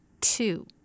two